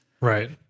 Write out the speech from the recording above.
Right